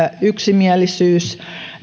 yksimielisyys